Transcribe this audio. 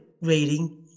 rating